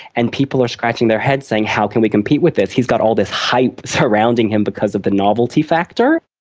and people are scratching their heads saying how can we compete with this, he's got all this hype surrounding him because of the novelty factor.